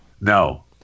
No